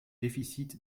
déficits